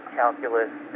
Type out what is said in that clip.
calculus